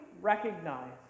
recognize